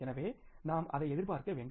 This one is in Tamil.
எனவே நாம் அதை எதிர்பார்க்க வேண்டும்